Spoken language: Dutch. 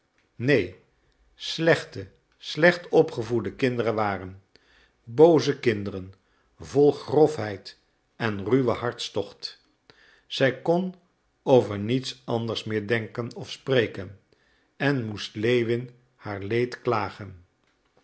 neen slechte slecht opgevoede kinderen waren booze kinderen vol grofheid en ruwen hartstocht zij kon over niets anders meer denken of spreken en moest lewin haar leed klagen